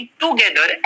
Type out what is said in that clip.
together